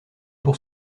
pour